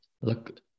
Look